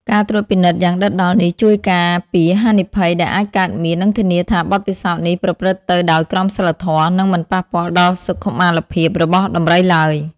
ការត្រួតពិនិត្យយ៉ាងដិតដល់នេះជួយការពារហានិភ័យដែលអាចកើតមាន និងធានាថាបទពិសោធន៍នេះប្រព្រឹត្តទៅដោយក្រមសីលធម៌ និងមិនប៉ះពាល់ដល់សុខុមាលភាពរបស់ដំរីឡើយ។